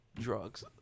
drugs